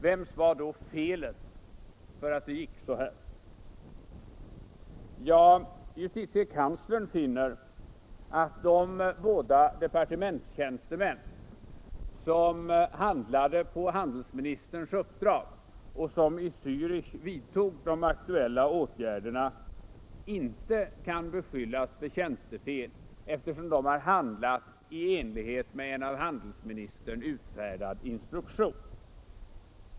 Vems var då felet för att det gick så här? JK finner att de båda departementstjänstemän som i Zärich vidtog de aktuella åtgärderna inte kan beskyllas för tjänstefel eftersom de hade handlat i enlighet med en av handelsministern utfärdad instruktion.